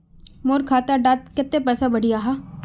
मोर खाता डात कत्ते पैसा बढ़ियाहा?